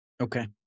okay